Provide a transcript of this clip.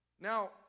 Now